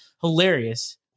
Hilarious